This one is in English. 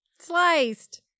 Sliced